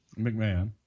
McMahon